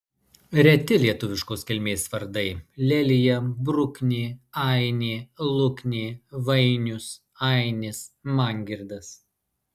reti lietuviškos kilmės vardai lelija bruknė ainė luknė vainius ainis mangirdas